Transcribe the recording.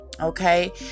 okay